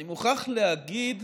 אני מוכרח להגיד,